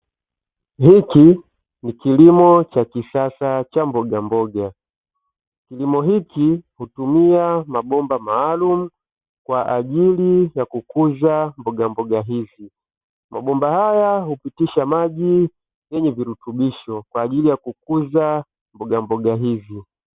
Hiki ni kilimo cha kisasa cha mbogamboga. Kilimo hiki hutumia mabomba maalumu kwa ajili ya kukuza mbogamboga hizi. Mabomba haya hupitisha maji yenye virutubisho kwa ajili ya kukuza mbogamboga hizi.